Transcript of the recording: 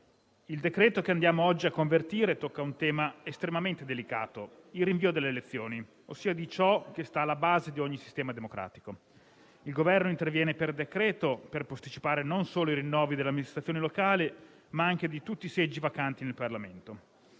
il decreto-legge che andiamo oggi a convertire tocca un tema estremamente delicato: il rinvio delle elezioni, ossia di ciò che sta alla base di ogni sistema democratico. Il Governo interviene per decreto per posticipare non solo i rinnovi delle amministrazioni locali, ma anche di tutti i seggi vacanti nel Parlamento.